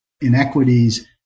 inequities